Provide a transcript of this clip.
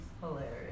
hilarious